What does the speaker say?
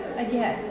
again